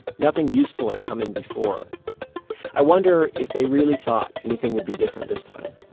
nothing useful had come in before i wonder if they really thought anything would be different this time